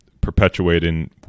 perpetuating